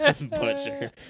butcher